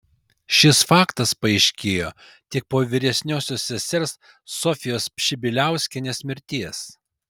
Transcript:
šis faktas paaiškėjo tik po vyresniosios sesers sofijos pšibiliauskienės mirties